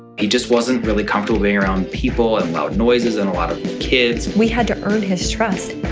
he just wasn't really comfortable being around people and loud noises and a lot of kids. we had to earn his trust.